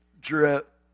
drip